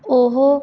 ਉਹ